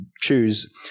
choose